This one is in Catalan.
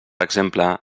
exemple